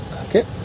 Okay